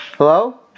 Hello